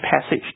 passage